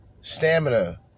stamina